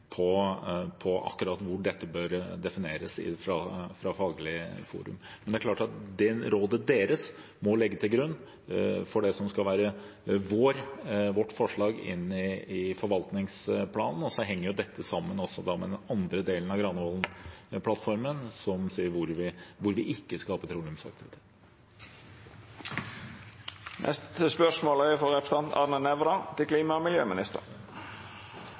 på akkurat hvor dette bør defineres. Men det er klart at rådet deres må ligge til grunn for det som skal være vårt forslag inn i forvaltningsplanen. Dette henger jo også sammen med den andre delen av Granavolden-plattformen, som sier hvor vi ikke skal ha petroleumsaktivitet. Me går til spørsmål 12. «Iskantsonen er et sårbart og verdifullt område. Matproduksjonen som skjer her, er avgjørende for livet i Barentshavet. Vil statsråden legge en føre-var-holdning til